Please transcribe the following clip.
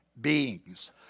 beings—